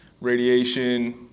radiation